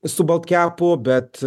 su baltkepu bet